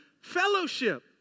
fellowship